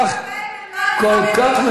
כל כך,